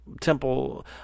temple